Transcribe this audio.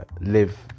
live